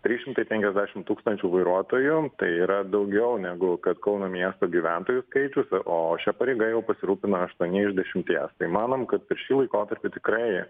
trys šimtai penkiasdešimt tūkstančių vairuotojų tai yra daugiau negu kad kauno miesto gyventojų skaičius o šia pareiga jau pasirūpino aštuoni iš dešimties tai manom kad per šį laikotarpį tikrai